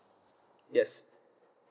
yes